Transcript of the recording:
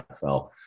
NFL